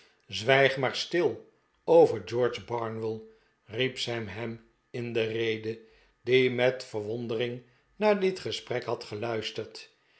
zwiig maar stil over george barnwell viel sam hem in de rede die met verwondering naar dit gesprek had geluisterd